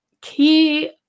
key